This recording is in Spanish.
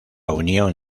unión